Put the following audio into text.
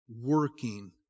working